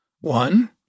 One